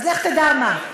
אז לך תדע מה.